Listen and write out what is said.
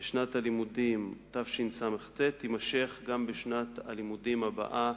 בשנת הלימודים תשס"ט תימשך גם בשנת הלימודים הבאה,